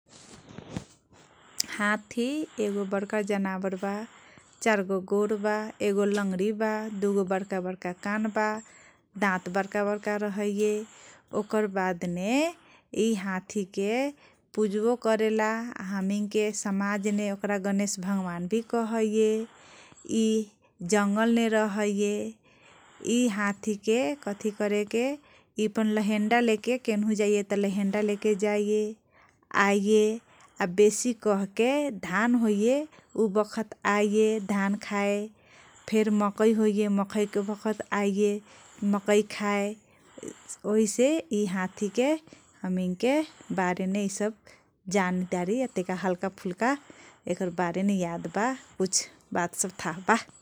हात्ती एगो बरका जनावर बा, चारगो गोर बा, एगो लङगरी बा, दुगो बर्का बर्का कान बा, दाँत बरका बरका रहैये । ओकरबादने यी हात्तीके पुजबो करेला । हमैनके समाजमे गणेश भगवान भी कहैये । यी जंगल मे रहैये । यी हात्तीके कठी करेके, यी अपन लहेण्डा, केनहु जाइये तँ अपन लहेण्डा लेके जाइये, आइये, या बेसी कहके धान होइये, उ बखत आइये, धान खाए, फेर मकै होइये, मकैके बखत आइये, मकै खाए । ओइसे यी हात्तीके बारेमे जानैतारी, हल्कपूल्का याद बा । कुश बात सब था बा ।